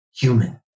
human